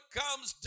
comes